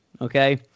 Okay